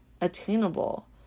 attainable